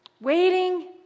Waiting